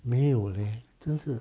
没有 leh 真是